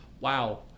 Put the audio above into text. Wow